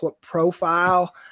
profile